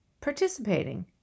participating